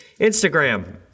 Instagram